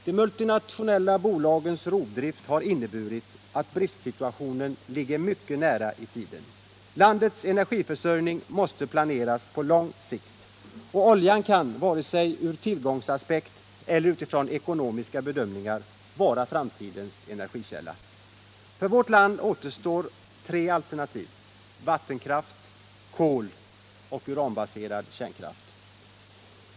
De multinationella bolagens rovdrift har inneburit att bristsituationen ligger mycket nära i tiden. Landets energiförsörjning måste planeras på lång sikt, och oljan kan varken ur tillgångsaspekt eller utifrån ekonomiska bedömningar vara framtidens energikälla. För vårt land återstår tre alternativ: vattenkraft, kol och uranbaserad kärnkraft.